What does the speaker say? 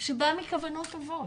שבאה מכוונות טובות,